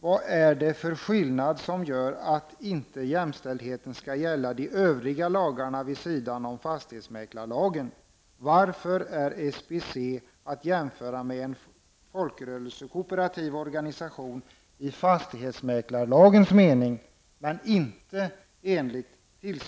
Vad är det för skillnad som gör att jämställdheten inte skall gälla lagarna vid sidan om fastighetsmäklarlagen? Varför är SBC att jämföra med en folkrörelsekooperativ organisation i fastighetsmäklarlagens mening, men inte t.ex.